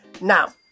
Now